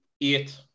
eight